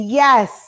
yes